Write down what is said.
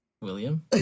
William